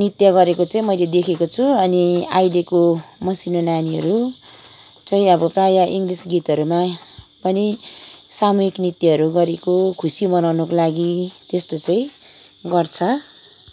नृत्य गरेको चाहिँ मैले देखेको छु अनि अहिलेको मसिनो नानीहरू चाहिँ अब प्रायः इङ्ग्लिस गीतहरूमा पनि सामुहिक नृत्यहरू गरेको खुसी मनाउनुको लागि त्यस्तो चाहिँ गर्छ